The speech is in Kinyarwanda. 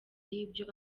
y’ibyo